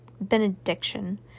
benediction